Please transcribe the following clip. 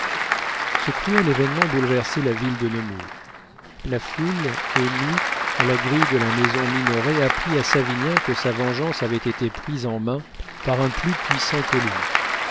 ce cruel événement bouleversait la ville de nemours la foule émue à la grille de la maison minoret apprit à savinien que sa vengeance avait été prise en main par un plus puissant que lui